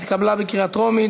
התשע"ו 2016,